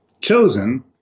chosen